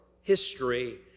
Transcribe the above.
history